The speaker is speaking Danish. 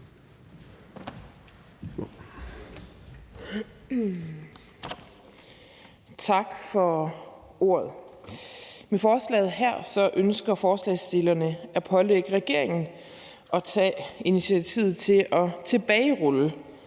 Tak for ordet. Med forslaget her ønsker forslagsstillerne at pålægge regeringen at tage initiativet til at tilbagerulle